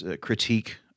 critique